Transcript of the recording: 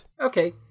Okay